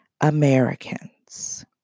Americans